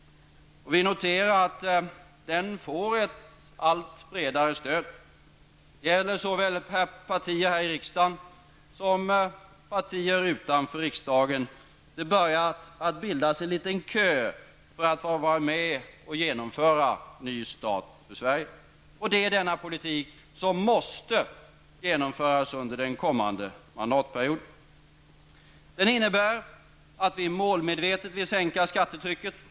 Och vi noterar att det får ett allt bredare stöd. Det gäller såväl partier här i riksdagen som partier utanför riksdagen. Det börjar att bildas en liten kö för att få vara med och genomföra Ny start för Sverige. Och det är denna politik som måste genomföras under den kommande mandatperioden. Den innebär att vi målmedvetet vill sänka skattetrycket.